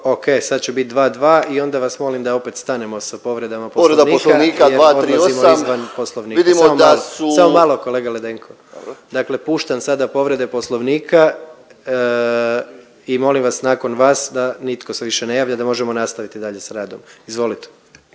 Ok, sad će bit dva, dva i onda vas molim da opet stanemo sa povredama poslovnika …/Upadica Ledenko: Povreda poslovnika 238./… jer odlazimo izvan poslovnika. Samo malo, samo malo kolega Ledenko. Dakle, puštam sada povrede poslovnika i molim vas nakon vas da nitko se više ne javlja da možemo nastaviti dalje radom. Izvolite.